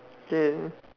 ya